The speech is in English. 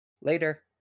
Later